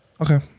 Okay